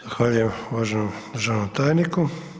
Zahvaljujem uvaženom državnom tajniku.